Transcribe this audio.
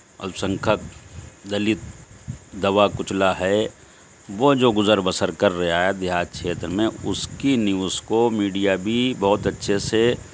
الپسنکھیک دلت دبا کچلا ہے وہ جو گذر بسر کر رہا ہے دیہات چھیتر میں اس کی نی اس کو میڈیا بھی بہت اچھے سے